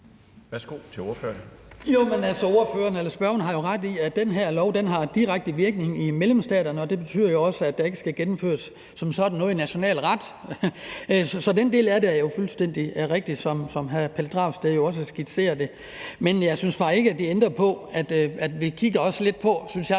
Værsgo til ordføreren. Kl. 13:03 Hans Kristian Skibby (DD): Spørgeren har jo ret i, at den her lov har direkte virkning i medlemsstaterne, og det betyder også, at der ikke som sådan skal gennemføres noget i national ret. Så den del af det er jo fuldstændig rigtig, som hr. Pelle Dragsted også skitserer det. Men jeg synes bare ikke, at det ændrer på, at vi med det her